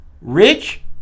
Rich